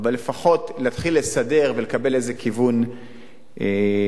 אבל לפחות להתחיל לסדר ולקבל איזה כיוון בחיים.